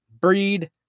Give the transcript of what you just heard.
Breed